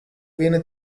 viene